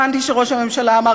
הבנתי שראש הממשלה אמר,